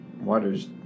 water's